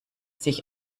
sich